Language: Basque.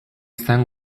zen